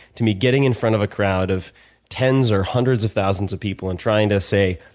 to be getting in front of a crowd of tens or hundreds of thousands of people and trying to, say,